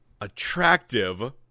attractive